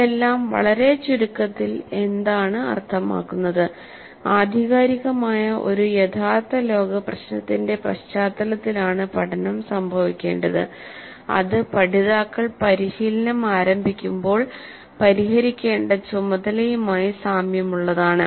ഇതെല്ലാം വളരെ ചുരുക്കത്തിൽ എന്താണ് അർത്ഥമാക്കുന്നത് ആധികാരികമായ ഒരു യഥാർത്ഥ ലോക പ്രശ്നത്തിന്റെ പശ്ചാത്തലത്തിലാണ് പഠനം സംഭവിക്കേണ്ടത് അത് പഠിതാക്കൾ പരിശീലനം ആരംഭിക്കുമ്പോൾ പരിഹരിക്കേണ്ട ചുമതലയുമായി സാമ്യമുള്ളതാണ്